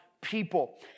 people